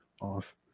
off